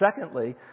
Secondly